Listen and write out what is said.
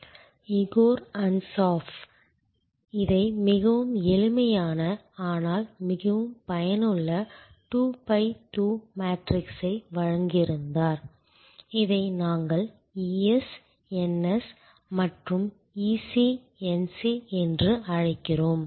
Igor Ansoff இதை மிகவும் எளிமையான ஆனால் மிகவும் பயனுள்ள 2 பை 2 மேட்ரிக்ஸை வழங்கியிருந்தார் இதை நாங்கள் ES NS மற்றும் EC NC என்று அழைக்கிறோம்